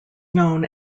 known